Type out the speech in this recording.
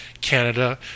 Canada